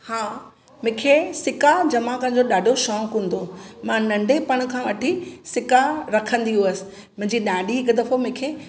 हा मूंखे सिका जमा करण जो ॾाढो शौक़ु हूंदो मां नंढिपण खां वठी सिका रखंदी हुअसि मुंहिंजी ॾाॾी हिकु दफ़ो मूंखे